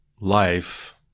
life